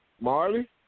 Marley